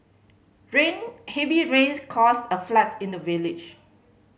rain heavy rains caused a flood in the village